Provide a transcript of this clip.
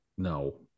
No